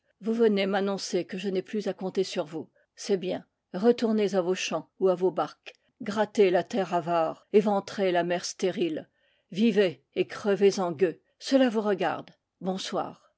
vous venez m'annoncer que je n'ai plus à compter sur vous c'est bien retournez à vos champs ou à vos barques grattez la terre avare éventrez la mer stérile vivez et crevez en gueux cela vous regarde bonsoir